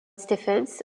stephens